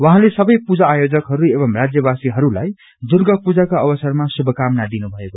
उहाँले सबै पूजा आयोजकहरू एवं राज्यवासीहरूलाइ दुग्र पूजाको अवसरमा शुभकामना दिनुभयो